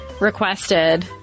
requested